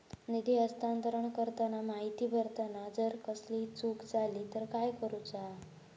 निधी हस्तांतरण करताना माहिती भरताना जर कसलीय चूक जाली तर काय करूचा?